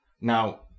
Now